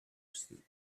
through